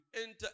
enter